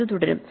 അത് തുടരും